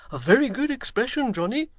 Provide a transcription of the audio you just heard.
a very good expression, johnny.